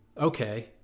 Okay